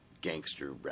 gangster